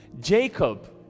Jacob